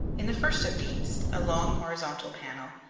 in the first of these, a long horizontal panel,